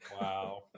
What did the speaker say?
wow